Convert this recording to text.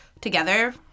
together